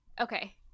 Okay